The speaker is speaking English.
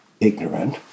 ignorant